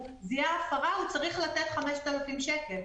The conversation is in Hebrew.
הוא זיהה הפרה צריך לתת 5,000 שקל.